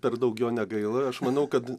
per daug jo negaila aš manau kad